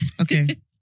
Okay